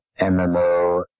MMO